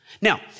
Now